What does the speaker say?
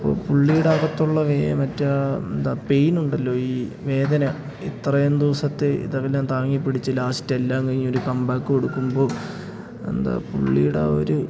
അപ്പോൾ പുള്ളിയുടെ അകത്തുള്ള ഈ മറ്റേ ആ എന്താ പെയിനുണ്ടല്ലോ ഈ വേദന ഇത്രയും ദിവസത്തെ ഇതെല്ലാം താങ്ങി പിടിച്ച് ലാസ്റ്റ് എല്ലാം കഴിഞ്ഞ് ഒരു കം ബാക്ക് കൊടുക്കുമ്പോൾ എന്താ പുള്ളിയുടെ ഒരു